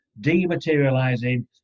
dematerializing